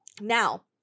Now